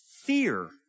fear